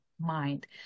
mind